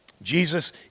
Jesus